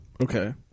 Okay